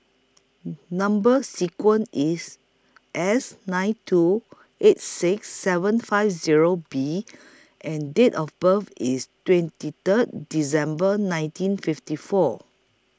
Number sequence IS S nine two eight six seven five Zero B and Date of birth IS twenty Third December nineteen fifty four